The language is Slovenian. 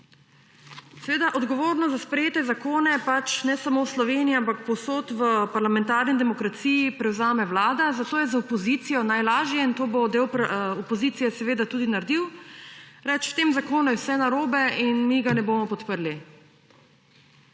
Seveda, odgovornost za sprejete zakone ne samo v Sloveniji, ampak povsod v parlamentarni demokraciji prevzame vlada, zato je za opozicijo najlažje – in to bo del opozicije seveda tudi naredil – reči, v tem zakonu je vse narobe in mi ga ne bomo podprli.